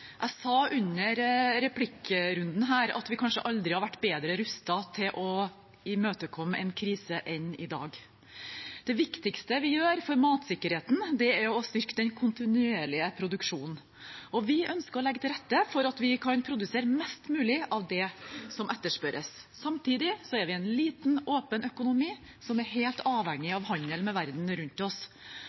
Jeg sa under replikkrunden her at vi kanskje aldri har vært bedre rustet til å møte en krise enn i dag. Det viktigste vi gjør for matsikkerheten, er å styrke den kontinuerlige produksjonen, og vi ønsker å legge til rette for at vi kan produsere mest mulig av det som etterspørres. Samtidig er vi en liten, åpen økonomi som er helt avhengig av handel med verden rundt oss.